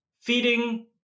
feeding